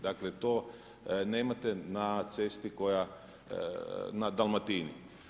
Dakle to nemate na cesti koja na Dalmatini.